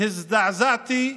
'הזדעזעתי,